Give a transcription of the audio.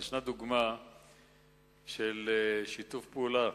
יש דוגמה של שיתוף פעולה